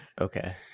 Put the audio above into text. Okay